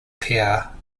pierre